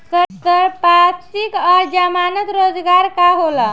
संपार्श्विक और जमानत रोजगार का होला?